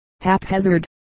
Haphazard